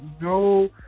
no